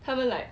他们 like